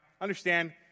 understand